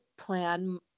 plan